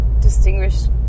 distinguished